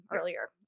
earlier